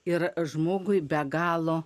ir žmogui be galo